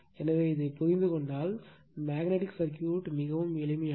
எனவே இதை புரிந்து கொண்டால் மேக்னட்டிக் சர்க்யூட் மிகவும் எளிமையானது